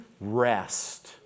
Rest